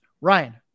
Ryan